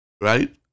right